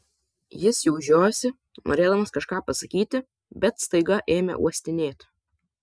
jis jau žiojosi norėdamas kažką pasakyti bet staiga ėmė uostinėti